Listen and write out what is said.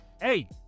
hey